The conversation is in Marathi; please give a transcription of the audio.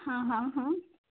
हां हां हां